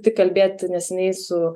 tik kalbėti neseniai su